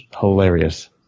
hilarious